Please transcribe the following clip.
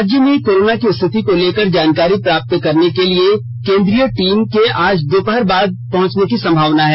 राज्य में कोरोना की स्थिति को लेकर जानकारी प्राप्त करने के लिए केंद्रीय टीम के आज दोपहर बाद पहुंचने की संभावना है